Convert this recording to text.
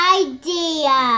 idea